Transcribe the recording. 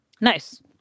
nice